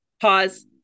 Pause